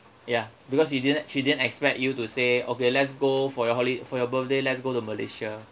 ya because she didn't she didn't expect you to say okay let's go for your holi~ for your birthday let's go to malaysia